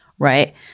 Right